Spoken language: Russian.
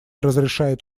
разрешает